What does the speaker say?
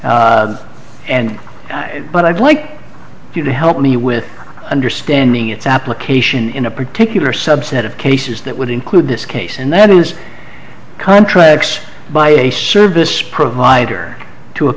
area and but i'd like you to help me with understanding its application in a particular subset of cases that would include this case and that is contracts by a service provider to a